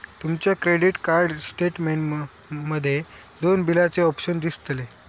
तुमच्या credit card statement मध्ये दोन बिलाचे ऑप्शन दिसतले